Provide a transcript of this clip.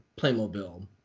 Playmobil